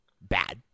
bad